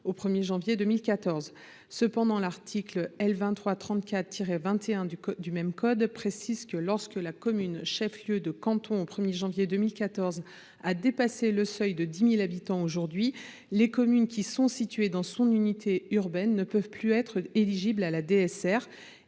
au 1 janvier 2014. Cependant, l’article L. 2334 21 du même code précise que, lorsqu’une commune chef lieu de canton au 1 janvier 2014 a aujourd’hui dépassé le seuil de 10 000 habitants, les communes situées dans son unité urbaine ne peuvent plus être éligibles à la DSR,